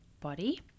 body